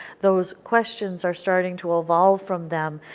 those questions are starting to evolve from them,